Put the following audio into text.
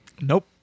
Nope